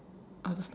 other stuff